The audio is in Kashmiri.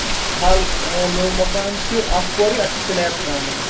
ہَل نوٚو مَکان چھُ اَکھ پورٕے اَتھ چھِ سِلیب ترٛاوٕنۍ